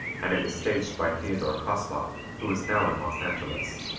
and it was staged by theodore kosloff, who is now in los angeles.